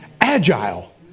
agile